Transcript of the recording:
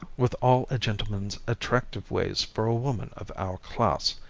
with all a gentleman's attractive ways for a woman of our class.